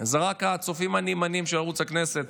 זה רק הצופים הנאמנים של ערוץ הכנסת,